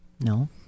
No